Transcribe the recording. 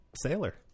sailor